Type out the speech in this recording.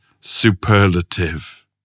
superlative